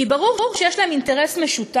כי ברור שיש להם אינטרס משותף,